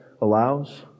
allows